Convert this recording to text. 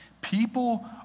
People